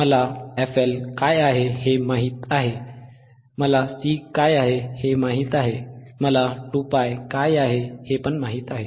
मला fL काय आहे हे माहित आहे मला C काय आहे हे माहित आहे मला 2π काय आहे हे माहित आहे